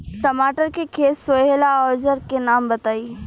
टमाटर के खेत सोहेला औजर के नाम बताई?